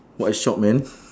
what a shock man